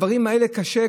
קשה,